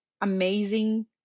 amazing